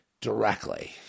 directly